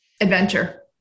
adventure